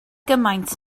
gymaint